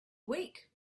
week